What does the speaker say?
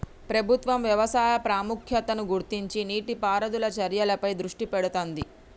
ప్రభుత్వం వ్యవసాయ ప్రాముఖ్యతను గుర్తించి నీటి పారుదల చర్యలపై దృష్టి పెడుతాంది